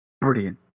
Brilliant